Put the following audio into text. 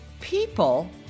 people